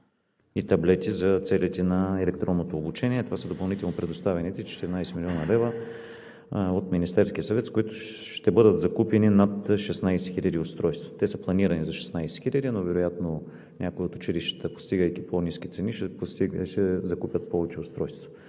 и таблети за целите на електронното обучение. Това са допълнително предоставените 14 млн. лв. от Министерския съвет, с които ще бъдат закупени над 16 хиляди устройства. Те са планирани за 16 хиляди, но вероятно някои от училищата, постигайки по-ниски цени, ще закупят повече устройства.